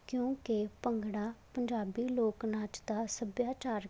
ਕਿਉਂਕਿ ਭੰਗੜਾ ਪੰਜਾਬੀ ਲੋਕ ਨਾਚ ਦਾ ਸੱਭਿਆਚਾਰਕ